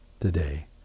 today